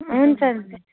हुन्छ हुन्छ